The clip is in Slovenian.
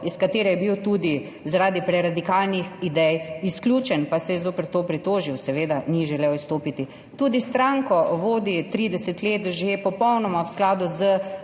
iz katere je bil tudi zaradi preradikalnih idej izključen, pa se je zoper to pritožil. Seveda, ni želel izstopiti. Tudi stranko vodi že 30 let, popolnoma v skladu s